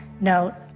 note